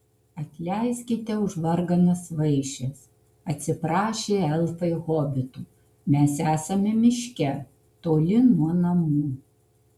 atleiskite už varganas vaišes atsiprašė elfai hobitų mes esame miške toli nuo namų